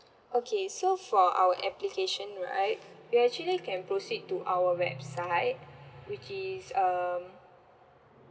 okay so for our application right you actually can proceed to our website which is um